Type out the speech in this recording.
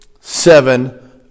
seven